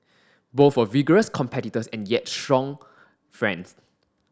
both were vigorous competitors and yet strong friends